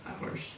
hours